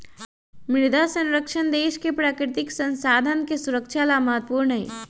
मृदा संरक्षण देश के प्राकृतिक संसाधन के सुरक्षा ला महत्वपूर्ण हई